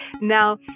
Now